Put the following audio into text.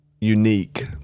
unique